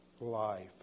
life